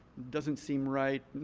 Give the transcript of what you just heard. doesn't seem right